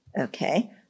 Okay